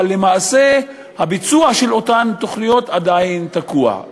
למעשה הביצוע של אותן תוכניות עדיין תקוע,